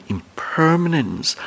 Impermanence